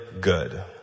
good